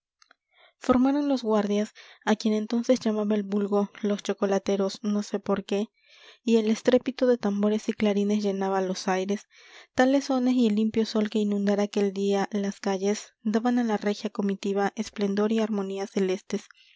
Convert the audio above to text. vulgo los chocolateros no sé por qué y el estrépito de tambores y clarines llenaba los aires tales sones y el limpio sol que inundara aquel día las calles daban a la regia comitiva esplendor y armonía celestes